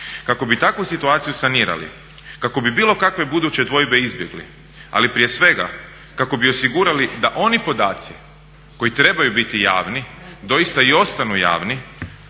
Kako bi takvu situaciju sanirali kako bi bilo kakve buduće dvojbe izbjegli, ali prije svega kako bi osigurali da oni podaci koji trebaju biti javni doista i ostanu javni,